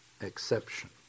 exception